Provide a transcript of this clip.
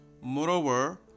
Moreover